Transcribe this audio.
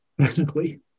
Technically